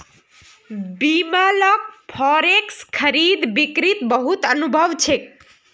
बिमलक फॉरेक्स खरीद बिक्रीत बहुत अनुभव छेक